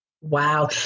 Wow